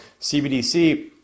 CBDC